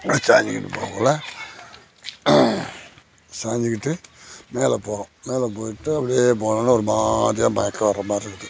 சாஞ்சுக்கிட்டு போகக்குள்ள சாஞ்சுக்கிட்டு மேலே போகிறோம் மேலே போய்விட்டு அப்படியே போனோன்னால் ஒரு மாதிரியா மயக்கம் வர மாதிரி இருக்குது